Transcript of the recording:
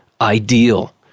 ideal